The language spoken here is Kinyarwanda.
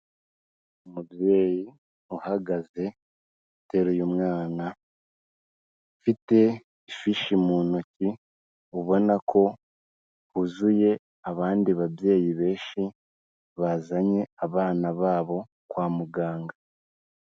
Umubyeyi uhagaze, uteraye mwana, ufite ifishi mu ntoki, ubona ko huzuye abandi babyeyi benshi, bazanye abana babo kwa muganga.